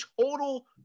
total